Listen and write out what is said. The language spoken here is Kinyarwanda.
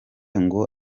ngo